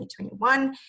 2021